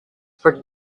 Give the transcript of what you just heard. for